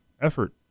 effort